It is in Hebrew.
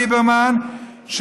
ליברמן,